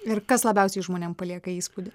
ir kas labiausiai žmonėm palieka įspūdį